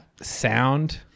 sound